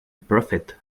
prophet